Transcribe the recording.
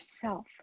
self